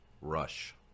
Rush